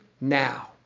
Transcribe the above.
now